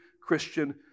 Christian